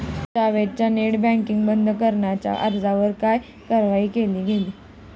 जावेदच्या net banking बंद करण्याच्या अर्जावर काय कारवाई केली गेली?